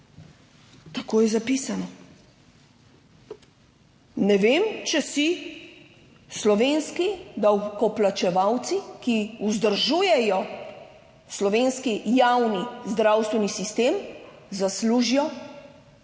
Tako je zapisano. Ne vem, če si slovenski davkoplačevalci, ki vzdržujejo slovenski javni zdravstveni sistem, zaslužijo tako